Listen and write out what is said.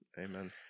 Amen